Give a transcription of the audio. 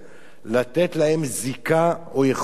לתת להם זיקה או יכולת